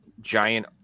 giant